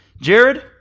Jared